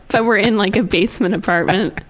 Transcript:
but we're in like a basement apartment.